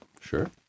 Sure